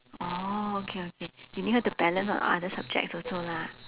oh okay okay you need her to balance on other subjects also lah